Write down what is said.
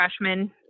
freshman